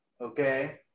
Okay